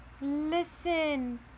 Listen